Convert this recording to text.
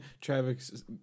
Travis